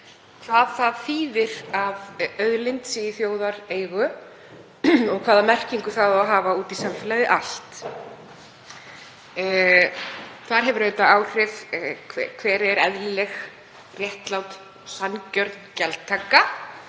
hvað það þýðir að auðlind sé í þjóðareigu og hvaða merkingu það á að hafa út í samfélagið allt. Þar hefur auðvitað áhrif hver er eðlileg, réttlát og sanngjörn gjaldtaka